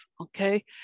okay